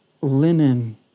linen